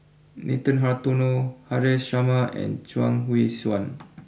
Nathan Hartono Haresh Sharma and Chuang Hui Tsuan